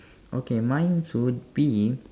okay mine's would be